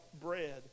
bread